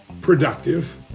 productive